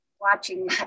watching